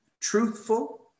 truthful